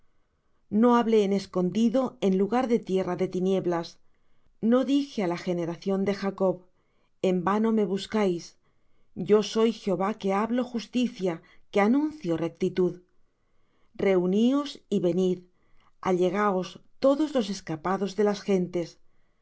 no hablé en escondido en lugar de tierra de tinieblas no dije á la generación de jacob en vano me buscáis yo soy jehová que hablo justicia que anuncio rectitud reuníos y venid allegaos todos los escapados de las gentes